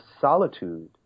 solitude